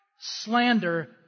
Slander